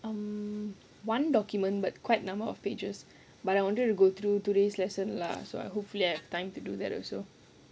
hmm one document but quite a number of pages but I wanted to go through today's lesson lah so uh hopefully I have time to do that also